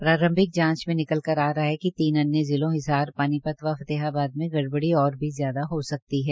प्रांरभिक जांच में निकल कर आ रहा है कि तीन अन्य जिलों हिसार पानीपत व फतेहाबाद में गड़बड़ी और भी ज्यादा हो सकती है